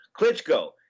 Klitschko